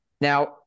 Now